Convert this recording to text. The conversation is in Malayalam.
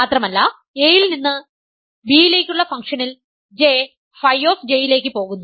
മാത്രമല്ല A യിൽ നിന്നു B യിലേക്കുള്ള ഫംഗ്ഷനിൽ J Φ യിലേക്ക് പോകുന്നു